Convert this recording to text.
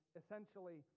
essentially